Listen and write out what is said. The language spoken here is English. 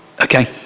Okay